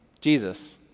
Jesus